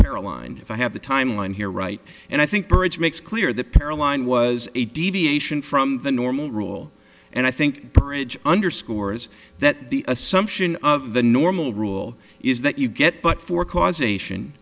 caroline if i have the timeline here right and i think courage makes clear the para line was a deviation from the normal rule and i think bridge underscores that the assumption of the normal rule is that you get but for causation